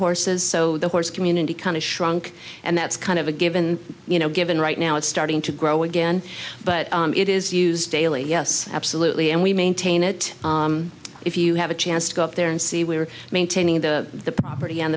horses so the horse community kind of shrunk and that's kind of a given you know given right now it's starting to grow again but it is used daily yes absolutely and we maintain it if you have a chance to go up there and see we're maintaining the property and